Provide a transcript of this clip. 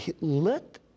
let